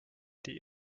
die